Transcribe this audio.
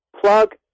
plug